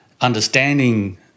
Understanding